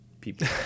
people